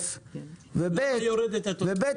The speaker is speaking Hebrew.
ו-ב',